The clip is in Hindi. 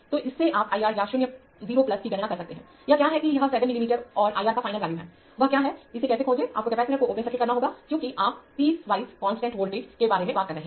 तो इससे आप IR या 0 की गणना कर सकते हैं यह क्या है कि यह 7 मिलीमीटर और IR का फाइनल वैल्यू है वह क्या है इसे कैसे खोजें आपको कैपेसिटर को ओपन सर्किट करना होगा क्योंकि आप पीस वाइज कांस्टेंट वोल्टेज के बारे में बात कर रहे हैं